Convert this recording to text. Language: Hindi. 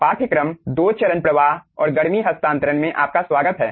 पाठ्यक्रम दो चरण प्रवाह और गर्मी हस्तांतरण में आपका स्वागत है